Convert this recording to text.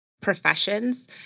professions